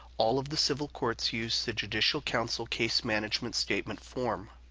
all of the civil courts use the judicial council case management statement form.